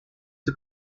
the